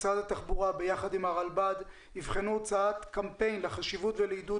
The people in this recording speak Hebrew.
משרד התחבורה ביחד עם הרלב"ד יבחנו הוצאת קמפיין לחשיבות ולעידוד